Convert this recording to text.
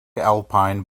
alpine